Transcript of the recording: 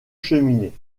cheminées